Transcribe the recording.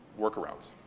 workarounds